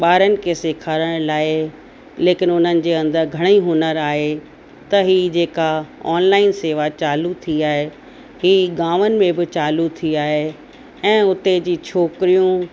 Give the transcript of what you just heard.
ॿारनि खे सेखारण लाइ लेकिन उन्हनि जे अंदरि घणेई हुनरु आहे त ही जेका ऑनलाइन सेवा चालू थी आहे हीउ गांवनि में बि चालू थी आहे ऐं उते जी छोकिरियूं